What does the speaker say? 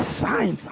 sign